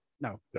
no